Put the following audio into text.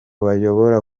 bayobora